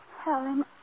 Helen